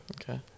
Okay